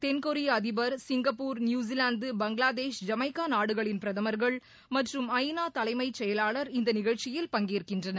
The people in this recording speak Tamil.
தென்கொரிய அதிபர் சிங்கப்பூர் நியூசிலாந்து பங்களாதேஷ் ஜமைக்கா நாடுகளின் பிரதமர்கள் மற்றும் ஐநா தலைமைச் செயலாளர் இந்த நிகழ்ச்சியில் பங்கேற்கின்றனர்